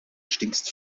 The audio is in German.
stinkst